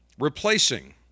replacing